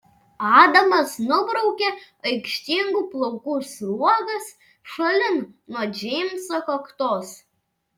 adamas nubraukia aikštingų plaukų sruogas šalin nuo džeimso kaktos